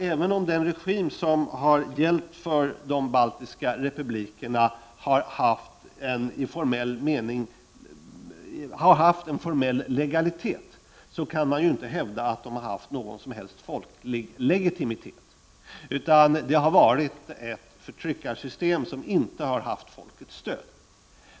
Även om regimen över de baltiska staterna har haft en formell legalitet, kan man inte hävda att den har haft en folklig legitimitet. Det har varit ett förtryckarsystem som inte har haft folkets stöd.